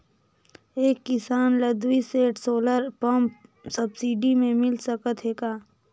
एक किसान ल दुई सेट सोलर पम्प सब्सिडी मे मिल सकत हे का?